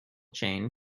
chain